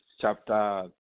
chapter